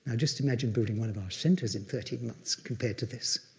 and just imagine building one of our centers in thirteen months compared to this.